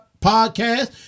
podcast